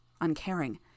uncaring